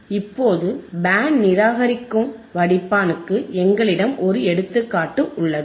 இப்போது பேண்ட் நிராகரிப்பு வடிப்பானுக்கு எங்களிடம் ஒரு எடுத்துக்காட்டு உள்ளது